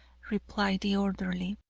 replied the orderly.